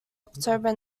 october